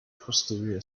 posterior